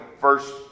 first